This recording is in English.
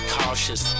cautious